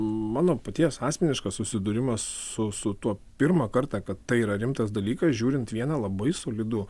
mano paties asmeniškas susidūrimas su su tuo pirmą kartą kad tai yra rimtas dalykas žiūrint vieną labai solidų